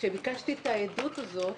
כאשר ביקשתי את העדות הזאת